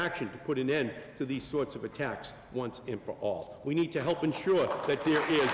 action to put an end to these sorts of attacks once and for all we need to help ensure that there